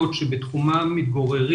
לא נכון.